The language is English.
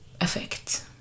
effect